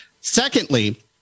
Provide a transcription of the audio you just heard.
Secondly